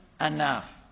enough